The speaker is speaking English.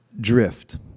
drift